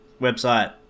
website